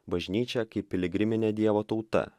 bažnyčia kaip piligriminė dievo tauta